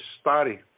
study